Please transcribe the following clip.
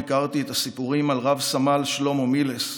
הכרתי את הסיפורים על רב-סמל שלמה מילס.